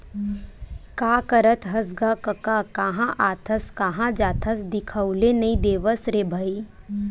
का करत हस गा कका काँहा आथस काँहा जाथस दिखउले नइ देवस रे भई?